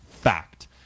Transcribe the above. Fact